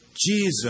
Jesus